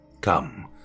Come